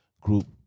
group